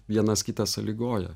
vienas kitą sąlygoja